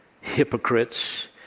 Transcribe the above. hypocrites